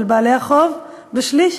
בשליש,